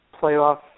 playoff